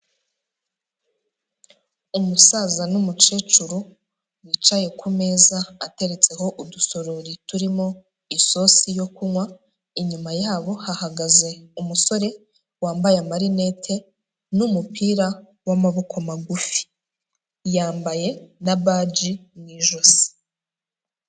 Umusaza n'umukecuru bicaye ku meza ateretseho udusorori turimo isosi yo kunywa, inyuma yabo hahagaze umusore wambaye amarinete n'umupira w'amaboko magufi, yambaye na baji mu ijosi.